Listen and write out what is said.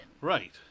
Right